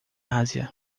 ásia